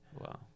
Wow